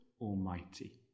Almighty